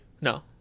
No